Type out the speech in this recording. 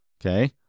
Okay